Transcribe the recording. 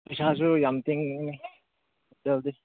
ꯄꯩꯁꯥꯁꯨ ꯌꯥꯝ ꯇꯤꯡꯉꯦ ꯁꯦꯜꯗꯤ